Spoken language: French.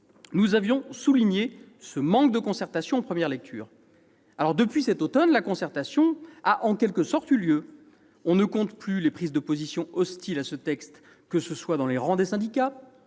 Nous avions souligné ce manque de concertation en première lecture. Depuis cet automne, la concertation a en quelque sorte eu lieu : on ne compte plus les prises de position hostiles à ce texte, que ce soit dans les rangs des syndicats,